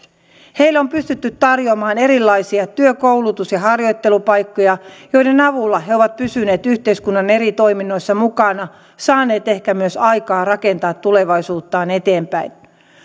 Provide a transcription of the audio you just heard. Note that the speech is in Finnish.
heille on pystytty tarjoamaan erilaisia työ koulutus ja harjoittelupaikkoja joiden avulla he ovat pysyneet yhteiskunnan eri toiminnoissa mukana saaneet ehkä myös aikaa rakentaa tulevaisuuttaan eteenpäin